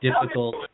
difficult